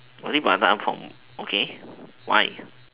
or is it my turn okay why